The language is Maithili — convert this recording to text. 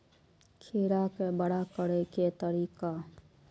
खीरा के बड़ा करे के तरीका?